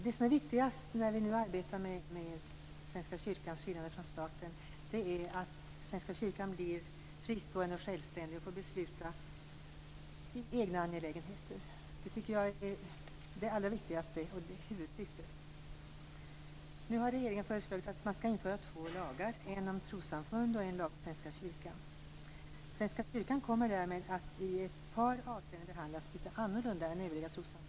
Det som är viktigast när vi nu arbetar med Svenska kyrkans skiljande från staten är att Svenska kyrkan blir fristående och självständig och får besluta i egna angelägenheter. Det är huvudsyftet. Regeringen har nu föreslagit att man skall införa två lagar, en lag om trossamfund och en lag om Svenska kyrkan. Svenska kyrkan kommer därmed att i ett par avseenden behandlas litet annorlunda än övriga trossamfund.